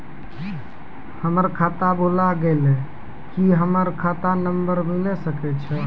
हमर खाता भुला गेलै, की हमर खाता नंबर मिले सकय छै?